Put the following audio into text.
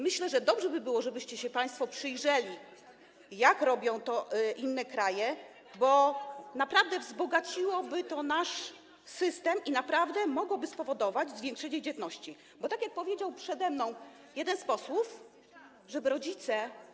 Myślę, że dobrze by było, żebyście się państwo przyjrzeli, jak robią to inne kraje, bo naprawdę wzbogaciłoby to nasz system i naprawdę mogłoby spowodować zwiększenie dzietności, bo tak jak powiedział przede mną jeden z posłów, żeby rodzice.